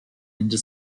into